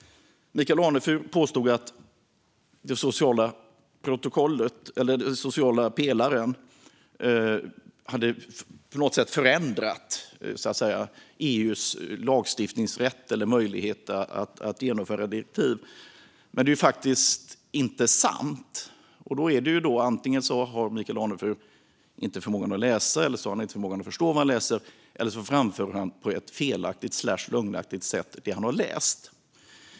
Michael Anefur påstod att den sociala pelaren på något sätt hade förändrat EU:s lagstiftningsrätt eller möjlighet att genomföra direktiv. Det är inte sant. Antingen har Michael Anefur inte förmågan att läsa eller förstå vad han läser, eller så framför han på ett felaktigt/lögnaktigt sätt det han har läst.